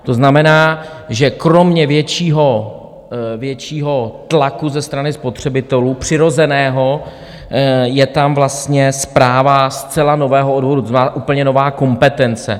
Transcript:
To znamená, že kromě většího tlaku ze strany spotřebitelů přirozeného je tam vlastně správa zcela nového odvodu, to znamená, úplně nová kompetence.